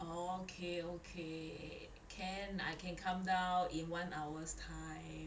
oh okay okay can I can come down in one hours time